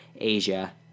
asia